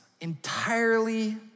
Entirely